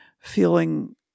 feeling